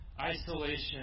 isolation